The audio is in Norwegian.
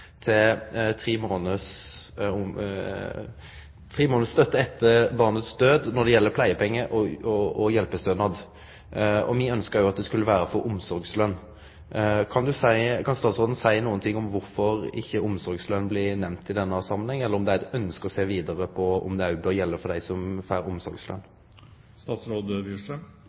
tre månader etter barnets død. Me ønskjer at det òg skal gjelde for omsorgsløn. Kan statsråden seie noko om kvifor omsorgsløn ikkje blir nemnd i denne samanhengen, eller om det er eit ønske å sjå vidare på om det òg bør gjelde for dei som får